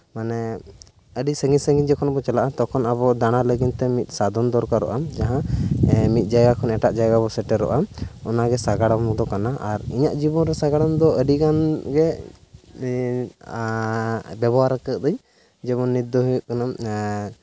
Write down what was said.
ᱢᱟᱱᱮ ᱟᱹᱰᱤ ᱥᱟᱺᱜᱤᱧ ᱥᱟᱺᱜᱤᱧ ᱡᱚᱠᱷᱚᱱ ᱵᱚᱱ ᱪᱟᱞᱟᱜᱼᱟ ᱛᱚᱠᱷᱚᱱ ᱟᱵᱚ ᱫᱟᱲᱟᱱ ᱞᱟᱹᱜᱤᱫᱛᱮ ᱢᱤᱫ ᱥᱟᱫᱷᱚᱱ ᱫᱚᱨᱠᱟᱨᱚᱜᱼᱟ ᱡᱟᱦᱟᱸ ᱢᱤᱫ ᱡᱟᱭᱜᱟ ᱠᱷᱚᱱ ᱮᱴᱟᱜ ᱡᱟᱭᱜᱟᱭ ᱵᱚ ᱥᱮᱴᱮᱨᱚᱜᱼᱟ ᱚᱱᱟ ᱜᱮ ᱥᱟᱸᱜᱟᱲᱚᱢ ᱫᱚ ᱠᱟᱱᱟ ᱤᱧᱟᱹᱜ ᱡᱤᱵᱚᱱ ᱨᱮ ᱥᱟᱸᱜᱟᱲᱚᱢ ᱫᱚ ᱟᱹᱰᱤ ᱜᱟᱱ ᱜᱮ ᱵᱮᱵᱚᱦᱟᱨ ᱠᱟᱹᱫᱟᱹᱧ ᱡᱮᱢᱚᱱ ᱱᱤᱛᱚ ᱫᱚ ᱦᱩᱭᱩᱜ ᱠᱟᱱᱟ